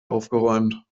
aufgeräumt